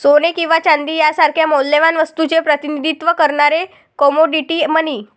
सोने किंवा चांदी सारख्या मौल्यवान वस्तूचे प्रतिनिधित्व करणारे कमोडिटी मनी